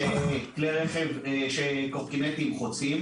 כלי רכב, כשקורקינטים חוצים,